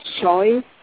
choice